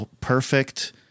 perfect